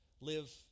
live